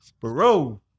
bro